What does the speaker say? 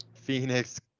phoenix